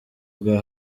bwa